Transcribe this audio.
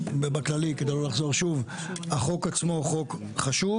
בכללי, כדי לא לחזור שוב: החוק עצמו הוא חוק חשוב.